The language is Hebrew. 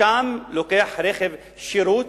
משם הוא לוקח רכב שירות,